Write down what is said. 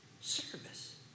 service